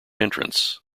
entrance